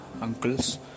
uncles